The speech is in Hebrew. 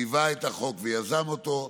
מאיר לוין, שליווה את החוק ויזם אותו,